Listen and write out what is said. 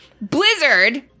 Blizzard